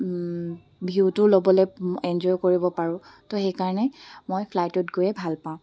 ভিউটো ল'বলৈ এনজয় কৰিব পাৰোঁ তো সেইকাৰণে মই ফ্লাইটত গৈয়ে ভালপাওঁ